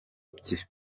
bye